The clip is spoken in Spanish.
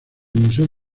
museo